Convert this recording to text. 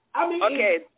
Okay